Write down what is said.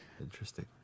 Interesting